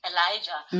Elijah